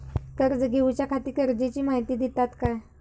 कर्ज घेऊच्याखाती गरजेची माहिती दितात काय?